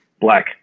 Black